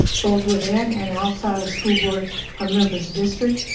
both within and outside of school board um members district,